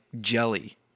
jelly